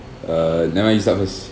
err never mind you start first